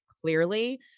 clearly